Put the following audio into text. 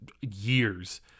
years